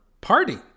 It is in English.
party